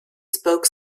spoke